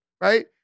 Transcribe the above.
Right